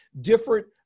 different